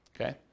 okay